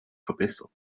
verbessert